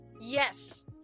Yes